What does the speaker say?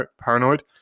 paranoid